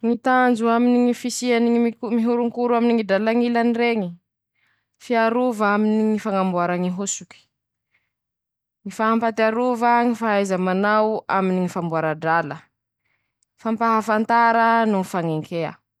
Ñy tanjo aminy ñy fisiany ñy miko: - Mihoronkoro aminy ñy drala ñilany reñy, fiarova aminy ñy fañamboara ñy hosoky, ñy fahampatiarova ñy fahaiza manao aminy ñy famboara drala, fampahafantara no fañenkea.